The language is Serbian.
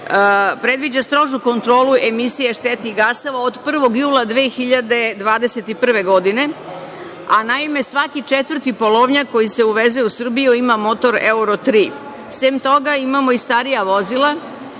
predviđa strožu kontrolu emisije štetnih gasova, od 1. jula 2021. godine, a svaki četvrti polovnjak koji se uveze u Srbiju ima motor evro 3. Sem toga, imamo i starija vozila,